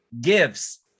gives